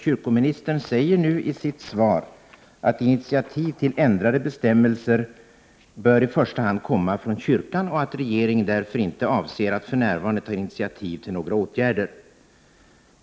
Kyrkoministern säger nu i sitt svar att initiativ till ändrade bestämmelser bör i första hand komma från kyrkan och att regeringen därför inte avser att för närvarande ta initiativ till några åtgärder.